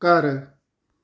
ਘਰ